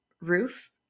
roof